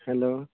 hello